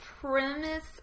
premise